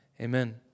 Amen